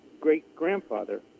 great-grandfather